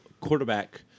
quarterback